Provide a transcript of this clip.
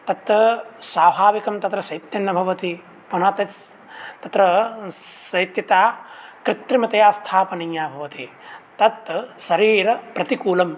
तत् स्वाभाविकं तत्र शैत्यं न भवति पुनः तत् तत्र शैत्यता कृत्रिमतया स्थापनीया भवति तत् शरीरप्रतिकूलं